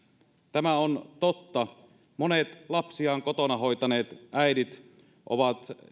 tämä on totta monet lapsiaan kotona hoitaneet äidit ovat